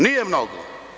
Nije mnogo.